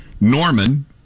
Norman